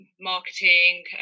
marketing